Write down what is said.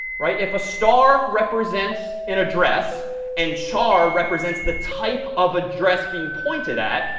right? if a star represents an address and char represents the type of address being pointed at,